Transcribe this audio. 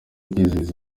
kwizihiza